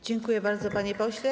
Dziękuję bardzo, panie pośle.